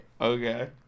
Okay